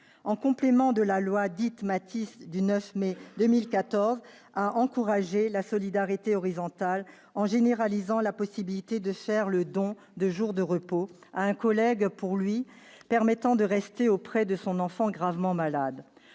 En complément, la loi du 9 mai 2014, ou loi Mathys, a encouragé la solidarité horizontale en généralisant la possibilité de faire le don de jours de repos à un collègue pour lui permettre de rester auprès de son enfant gravement malade.